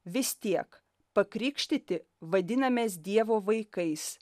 vis tiek pakrikštyti vadinamės dievo vaikais